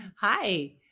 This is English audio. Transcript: Hi